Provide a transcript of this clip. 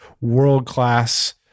world-class